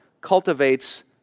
cultivates